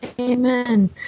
Amen